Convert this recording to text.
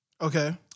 Okay